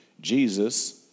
Jesus